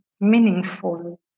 meaningful